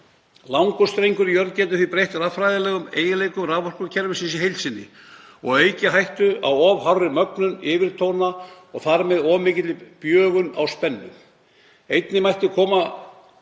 Langur strengur í jörðu getur því breytt raffræðilegum eiginleikum raforkukerfisins í heild sinni og aukið hættu á of hárri mögnun yfirtóna og þar með of mikilli bjögun á spennu. Einungis mætti koma